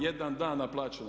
Jedan dan naplaćeno.